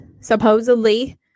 supposedly